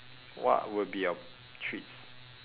what would be our treats